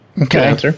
Okay